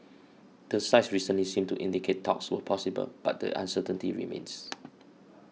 the sides recently seemed to indicate talks were possible but the uncertainty remains